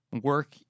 work